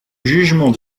jugement